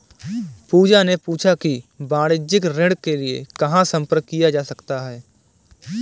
पूजा ने पूछा कि वाणिज्यिक ऋण के लिए कहाँ संपर्क किया जा सकता है?